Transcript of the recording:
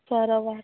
ସହର ବାହାରେ